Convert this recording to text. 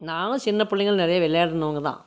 நாங்களும் சின்ன பிள்ளைங்கள்ல நிறைய விளையாடினவங்க தான்